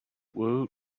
woot